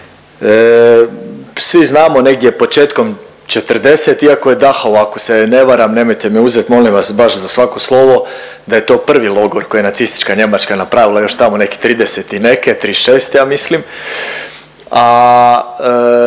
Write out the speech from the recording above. Svi znamo negdje početkom '40. iako je u Dachau ako se ne varam nemojte mi uzet molim vas baš za svako slovo, da je to prvi logor koji je nacistička Njemačka napravila još tamo nekih 30 i neke, '36. ja mislim,